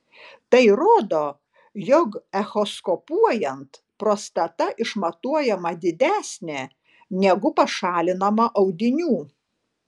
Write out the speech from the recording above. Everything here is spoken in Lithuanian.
tai rodo jog echoskopuojant prostata išmatuojama didesnė negu pašalinama audinių